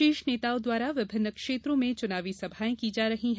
शीर्ष नेताओं द्वारा विभिन्न क्षेत्रों में चुनावी सभाएं की जा रही हैं